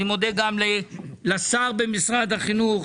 אני מודה לשר במשרד החינוך,